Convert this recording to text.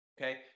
Okay